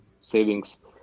savings